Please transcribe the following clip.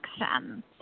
action